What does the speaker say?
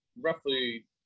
roughly